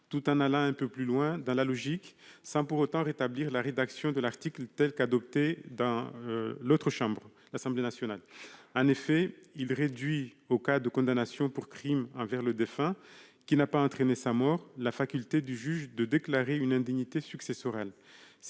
tout en allant un peu plus loin dans la logique, et sans pour autant rétablir la rédaction de l'article, telle qu'il a été adopté à l'Assemblée nationale. En effet, il vise à réduire au cas de condamnation pour crime envers le défunt n'ayant pas entraîné sa mort la faculté du juge de déclarer une indignité successorale.